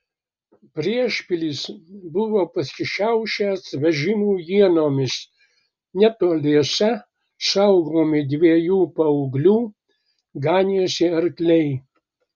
priešpilis buvo pasišiaušęs vežimų ienomis netoliese saugomi dviejų paauglių ganėsi arkliai